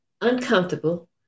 uncomfortable